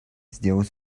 сделал